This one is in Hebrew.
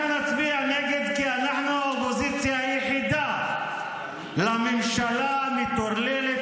אנחנו האופוזיציה היחידה לממשלה המטורללת,